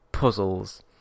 puzzles